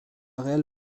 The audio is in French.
réelle